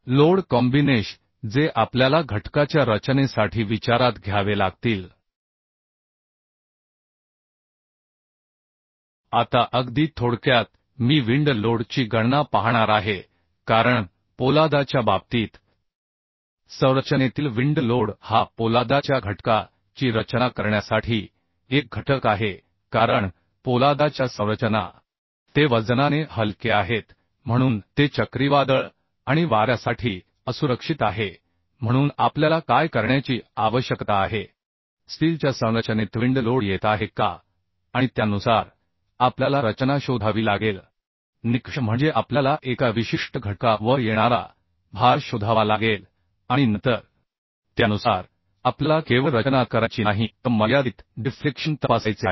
lod combination जे आपल्याला घटकाच्या रचनेसाठी विचारात घ्यावे लागतील आता अगदी थोडक्यात मी विंड लोड ची गणना पाहणार आहे कारण पोलादाच्या बाबतीत संरचनेतील विंड लोड हा पोलादाच्या घटका ची रचना करण्यासाठी एक घटक आहे कारण पोलादाच्या संरचना ते वजनाने हलके आहेत म्हणून ते चक्रीवादळ आणि वाऱ्यासाठी असुरक्षित आहे म्हणून आपल्याला काय करण्याची आवश्यकता आहे स्टीलच्या संरचनेत विंड लोड येत आहे का आणि त्यानुसार आपल्याला रचना शोधावी लागेल निकष म्हणजे आपल्याला एका विशिष्ट घटका वर येणारा भार शोधावा लागेल आणि नंतर त्यानुसार आपल्याला केवळ रचनाच करायची नाही तर मर्यादित डिफ्लेक्शन तपासायचे आहे